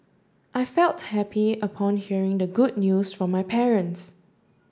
I felt happy upon hearing the good news from my parents